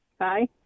Hi